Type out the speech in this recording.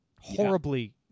horribly